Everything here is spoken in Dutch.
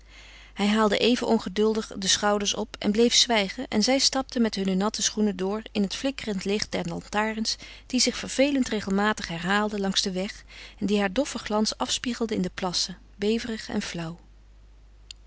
hij haalde even ongeduldig de schouders op en bleef zwijgen en zij stapten met hunne natte schoenen door in het flikkerend licht der lantaarns die zich vervelend regelmatig herhaalden langs den weg en die haar doffen glans afspiegelden in de plassen beverig en flauw